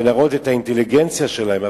ולהראות את האינטליגנציה שלהם.